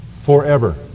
Forever